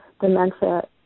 dementia